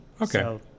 Okay